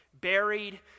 Buried